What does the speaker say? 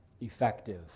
effective